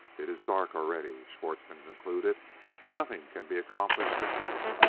it is dark already, schwartzmann concluded nothing can be accomplished at night.